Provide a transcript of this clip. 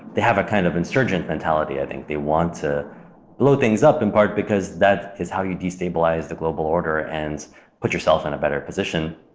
they have a kind of insurgent mentality. i think they want to blow things up in part because that is how you destabilize the global order and put yourself in a better position.